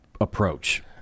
approach